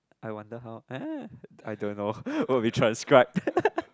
I wonder how I don't know oh we transcribe